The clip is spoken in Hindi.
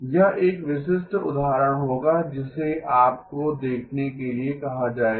यह एक विशिष्ट उदाहरण होगा जिसे आपको देखने के लिए कहा जाएगा